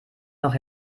noch